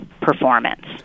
performance